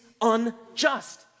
unjust